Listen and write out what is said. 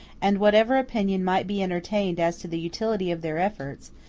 and, whatever opinion might be entertained as to the utility of their efforts,